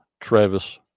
Travis